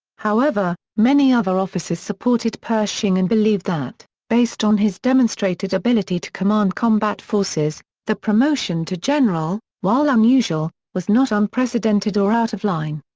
however, many other officers supported pershing and believed that, based on his demonstrated ability to command combat forces, the promotion to general, while unusual, was not unprecedented or out of line.